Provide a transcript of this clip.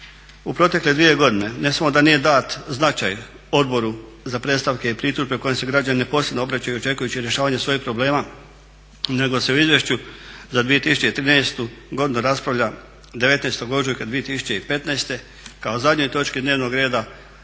U protekle dvije godine ne samo da nije dat značaj Odboru za predstavke i pritužbe kojem se građani posebno obraćaju očekujući rješavanje svojih problema, nego se u Izvješću za 2013. godinu raspravlja 19. ožujka 2015. kao zadnjoj točki dnevnog reda